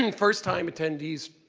and first-time attendees,